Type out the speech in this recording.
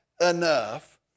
enough